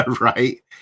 Right